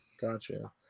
Gotcha